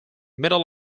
middle